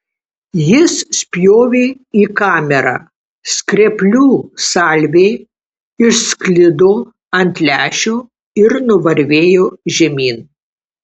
jis spjovė į kamerą skreplių salvė išsklido ant lęšio ir nuvarvėjo žemyn